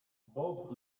bob